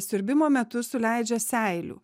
siurbimo metu suleidžia seilių